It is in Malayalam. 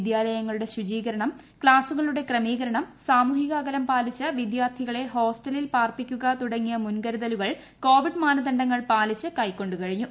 വിദ്യാലയങ്ങളുടെ ശുചീകരണം ക്ലാസുകളുടെ ക്രമീകരണം സാമൂഹിക അകലം പാലിച്ച് വിദ്യാർത്ഥികളെ ഹോസ്റ്റലിൽ പാർപ്പിക്കുക തുടങ്ങിയ മുൻകരുതലുകൾ കോവിഡ് മാനദണ്ഡങ്ങൾ പാലിച്ച് കൈക്കൊണ്ടു കഴിഞ്ഞു